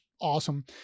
awesome